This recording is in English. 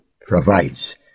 provides